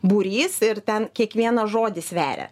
būrys ir ten kiekvieną žodį sveria